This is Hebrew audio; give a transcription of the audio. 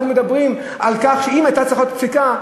אנחנו מדברים על כך שאם הייתה צריכה להיות פסיקה,